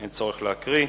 אין צורך להקריא.